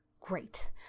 Great